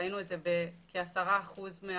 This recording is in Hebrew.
ראינו את זה בכ-10% מהחזירים,